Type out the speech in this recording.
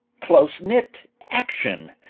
close-knit, action.